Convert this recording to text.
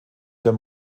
der